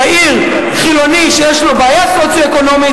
צעיר חילוני שיש לו בעיה סוציו-אקונומית,